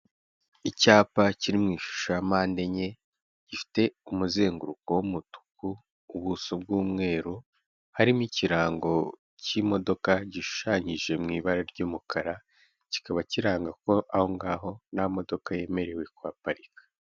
Icyapa kiri mu ishusho ya mpande enye, gifite umuzenguruko w'umutuku, ubuso bw'umweru, harimo ikirango cy'imodoka gishushanyije mu ibara ry'umukara, kikaba kiranga ko aho ngaho ntamodoka yemerewe kuhaparika.